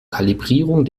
kalibrierung